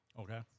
Okay